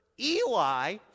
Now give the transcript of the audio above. Eli